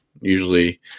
Usually